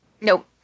Nope